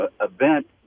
event